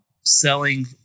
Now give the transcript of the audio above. selling